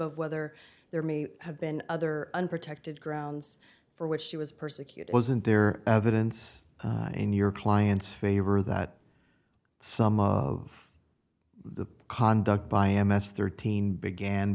of whether there may have been other unprotected grounds for which she was persecuted wasn't there evidence in your client's favor that some of the conduct by m s thirteen began